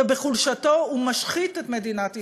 ובחולשתו הוא משחית את מדינת ישראל.